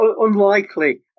unlikely